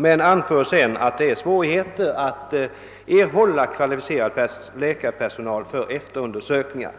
Sedan anför man emellertid att det är svårt att erhålla kvalificerad läkararbetskraft för efterundersökningar.